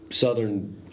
Southern